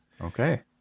Okay